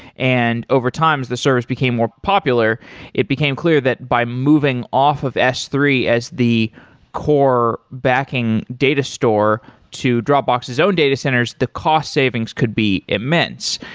and over time as the service became more popular it became clear that by moving off of s three as the core backing data store to dropbox's own data centers, the cost savings could be immense.